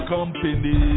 Company